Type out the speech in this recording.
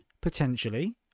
potentially